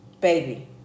baby